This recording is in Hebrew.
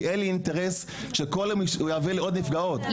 כי אין לי אינטרס שהוא יהווה לעוד נפגעות,